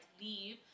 leave